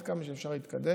עד כמה שאפשר להתקדם,